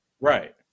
Right